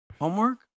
homework